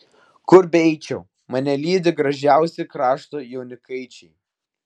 kur beeičiau mane lydi gražiausi krašto jaunikaičiai